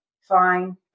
Fine